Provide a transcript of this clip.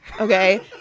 okay